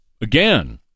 again